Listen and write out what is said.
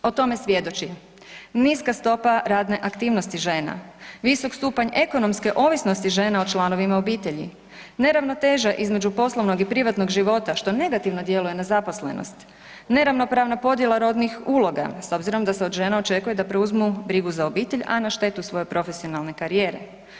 O tome svjedoči niska stopa radne aktivnosti žena, visok stupanj ekonomske ovisnosti žena o članovima obitelji, neravnoteža između poslovnog i privatnog života, što negativno djeluje na zaposlenost, neravnopravna podjela rodnih uloga s obzirom da se od žena očekuje da preuzmu brigu za obitelj, a na štetu svoje profesionalne karijere.